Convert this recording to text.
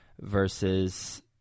versus